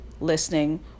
listening